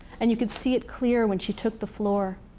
and you could see it clear, when she took the floor.